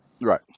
Right